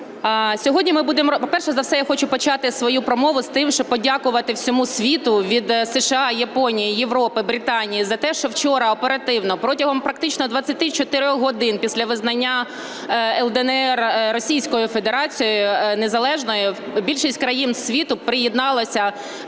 Сьогодні ми будемо… Перш за все я хочу почати свою промову тим, що подякувати всьому світу від США, Японії, Європи, Британії за те, що вчора оперативно, протягом практично 24 годин після визнання "Л/ДНР" Російською Федерацією незалежною, більшість країн світу приєдналося